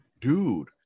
Dude